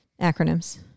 acronyms